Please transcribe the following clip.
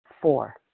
Four